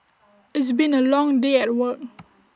it's been A long day at work